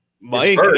Mike